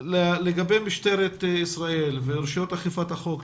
לגבי משטרת ישראל ורשויות אכיפת החוק,